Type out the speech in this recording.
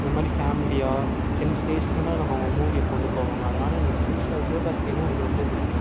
அந்தமாதிரி ஃபேமிலியாக சென்சேஷ்னலாக நம்ம மூவியை கொண்டுபோவாங்க அதனால் எனக்கு சிவஸ்ச சிவகார்த்திகேயனை எனக்கு ரொம்ப பிடிக்கும்